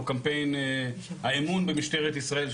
או קמפיין האמון במשטרת ישראל,